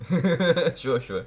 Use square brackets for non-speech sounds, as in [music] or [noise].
[laughs] sure sure